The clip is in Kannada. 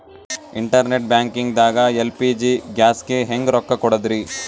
ಇಂಟರ್ನೆಟ್ ಬ್ಯಾಂಕಿಂಗ್ ದಾಗ ಎಲ್.ಪಿ.ಜಿ ಗ್ಯಾಸ್ಗೆ ಹೆಂಗ್ ರೊಕ್ಕ ಕೊಡದ್ರಿ?